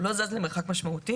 הוא לא זז למרחק משמעותי.